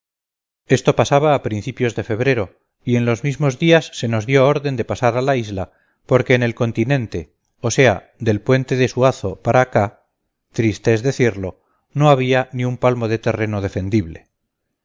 esto pasaba a principios de febrero y en los mismos días se nos dio orden de pasar a la isla porque en el continente o sea del puente de suazo para acá triste es decirlo no había ni un palmo de terreno defendible